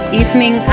evening